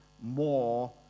more